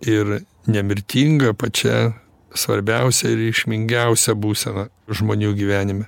ir nemirtinga pačia svarbiausia ir reikšmingiausia būsena žmonių gyvenime